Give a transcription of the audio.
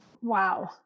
Wow